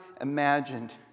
imagined